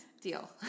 Deal